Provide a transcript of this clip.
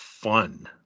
fun